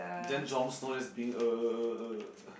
then John Snow just being